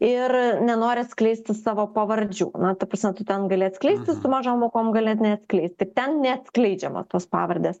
ir nenori atskleisti savo pavardžių na ta prasme tu ten gali atskleisti su mažom aukom gali neatskleisti ten neatskleidžiama tos pavardės